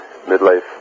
midlife